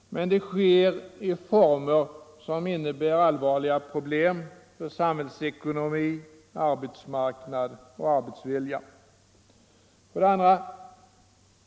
Men detta sker i former som medför allvarliga problem för samhällsekonomi, arbetsmarknad och arbetsvilja. 2.